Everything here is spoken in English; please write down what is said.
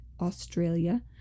australia